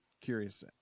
curious